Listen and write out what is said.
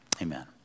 Amen